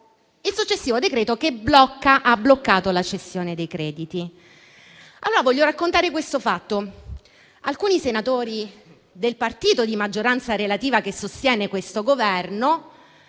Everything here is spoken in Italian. il successivo decreto-legge che ha bloccato la cessione dei crediti. Vorrei raccontare un episodio. Alcuni senatori del partito di maggioranza relativa che sostiene il Governo